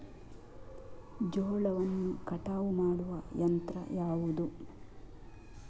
ಜೋಳವನ್ನು ಕಟಾವು ಮಾಡುವ ಯಂತ್ರ ಯಾವುದು?